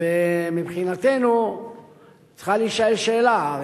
ומבחינתנו צריכה להישאל שאלה.